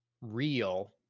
Real